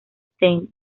stein